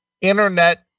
Internet